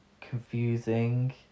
confusing